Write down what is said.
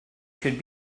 could